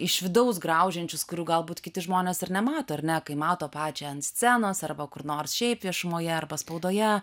iš vidaus graužiančius kurių galbūt kiti žmonės ir nemato ar ne kai mato pačią ant scenos arba kur nors šiaip viešumoje arba spaudoje